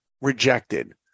Rejected